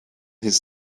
his